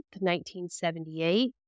1978